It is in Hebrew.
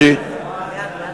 נשיא המדינה (תיקון, שינוי סדרי הצבעה)